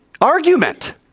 argument